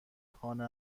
خانه